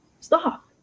stop